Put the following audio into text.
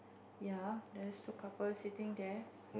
ya there's two couple sitting there